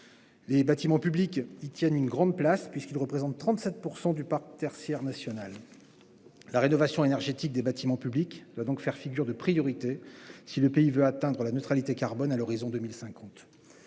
Les bâtiments publics y contribuent en grande partie, puisqu'ils représentent 37 % du parc tertiaire national. Leur rénovation énergétique doit donc faire figure de priorité si le pays veut atteindre la neutralité carbone à l'horizon 2050.